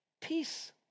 peace